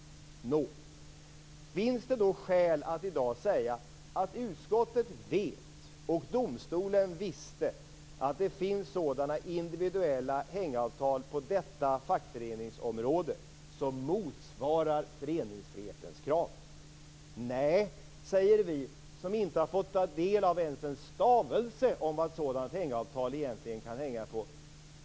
Finns det då skäl att i dag säga att utskottet vet och domstolen visste att det finns sådana individuella hängavtal på detta fackföreningsområde som motsvarar föreningsfrihetens krav? Nej, säger vi som inte har fått ta del av ens en stavelse om vad ett sådant hängavtal egentligen kan hänga på.